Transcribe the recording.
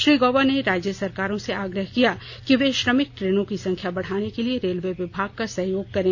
श्री गौबा ने राज्य सरकारों से आग्रह किया कि वे श्रमिक ट्रेनों की संख्या बढ़ाने के लिए रेलवे विभाग का सहयोग करें